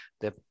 de